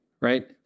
right